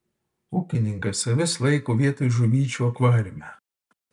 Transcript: ūkininkas avis laiko vietoj žuvyčių akvariume